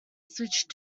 switched